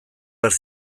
behar